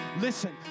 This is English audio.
Listen